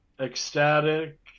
ecstatic